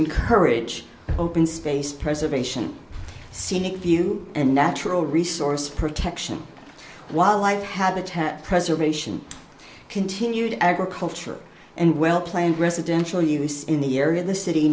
encourage open space preservation scenic view and natural resource protection wildlife habitat preservation continued agriculture and well planned residential use in the area the city